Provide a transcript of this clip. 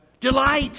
Delight